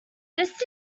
this